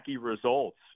results